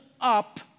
up